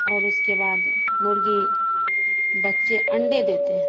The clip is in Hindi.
और उसके बाद मुर्गी बच्चे अंडे देते हैं